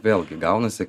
vėlgi gaunasi